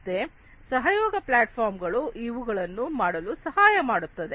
ಮತ್ತೆ collaborative platform ಗಳು ಇವುಗಳನ್ನು ಮಾಡಲು ಸಹಾಯಮಾಡುತ್ತದೆ